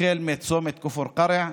מצומת כפר קרע,